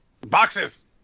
Boxes